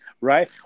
right